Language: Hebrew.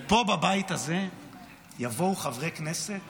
ופה בבית הזה יבואו חברי כנסת